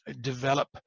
develop